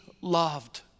loved